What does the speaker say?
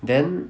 then